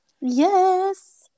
yes